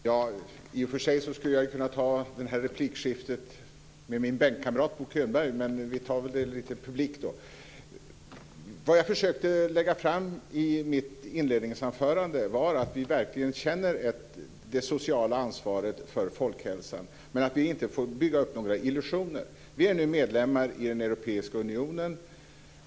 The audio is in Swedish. Fru talman! I och för sig skulle jag kunna ta replikskiftet med min bänkkamrat, Bo Könberg, men nu tar vi det mer publikt. Jag försökte lägga fram i mitt inledningsanförande att vi verkligen känner det sociala ansvaret för folkhälsan, men vi får inte bygga upp några illusioner. Vi är medlemmar i den europeiska unionen.